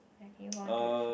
okay hold on to it first